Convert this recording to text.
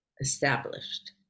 established